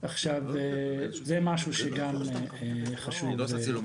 עכשיו, זה משהו שגם חשוב לי לציין.